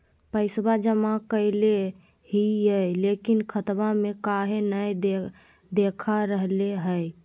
पैसा जमा कैले हिअई, लेकिन खाता में काहे नई देखा रहले हई?